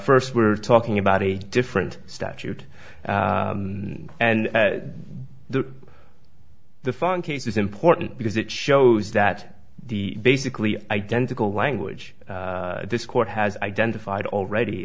first we're talking about a different statute and the the fan case is important because it shows that the basically identical language this court has identified already